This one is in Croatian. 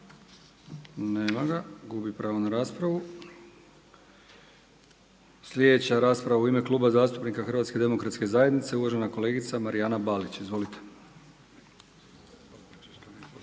Nema ga, gubi pravo na raspravu. Sljedeća rasprava u ime Kluba zastupnika HDZ-a uvažena kolegica Marijana Balić. Izvolite.